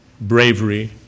bravery